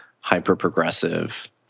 hyper-progressive